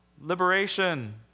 Liberation